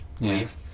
leave